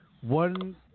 One